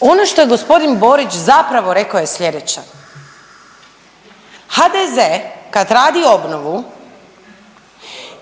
ono što je g. Borić zapravo rekao je sljedeće, HDZ kad radi obnovu